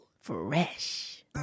Fresh